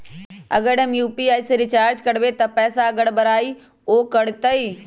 अगर हम यू.पी.आई से रिचार्ज करबै त पैसा गड़बड़ाई वो करतई?